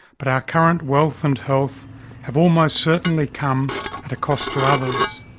but our current wealth and health have almost certainly come at a cost to others.